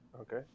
okay